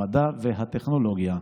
המדע והטכנולוגיה.